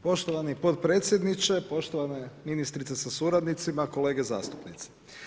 Poštovani potpredsjedniče, poštovana ministrice sa suradnicima, kolege zastupnici.